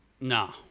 no